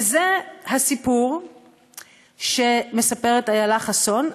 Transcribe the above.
וזה הסיפור שמספרת איילה חסון,